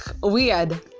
weird